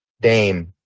Dame